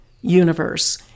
universe